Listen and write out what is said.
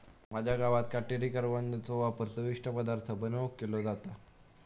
माझ्या गावात काटेरी करवंदाचो वापर चविष्ट पदार्थ बनवुक केलो जाता